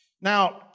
Now